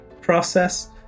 process